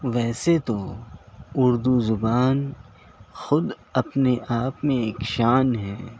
ویسے تو اردو زبان خود اپنے آپ میں ایک شان ہے